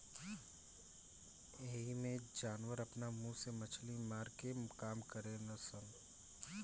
एइमें जानवर आपना मुंह से मछली मारे के काम करेल सन